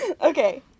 Okay